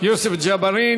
יוסף ג'בארין.